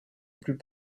plus